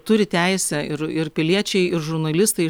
turi teisę ir ir piliečiai ir žurnalistai